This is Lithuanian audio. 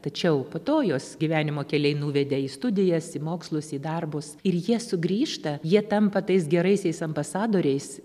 tačiau po to juos gyvenimo keliai nuvedė į studijas į mokslus į darbus ir jie sugrįžta jie tampa tais geraisiais ambasadoriais